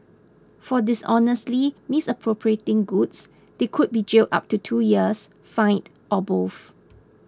for dishonestly misappropriating goods they could be jailed up to two years fined or both